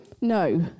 No